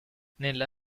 nella